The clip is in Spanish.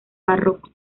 barroco